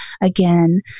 again